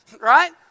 Right